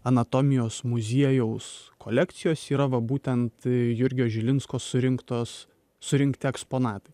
anatomijos muziejaus kolekcijos yra va būtent jurgio žilinsko surinktos surinkti eksponatai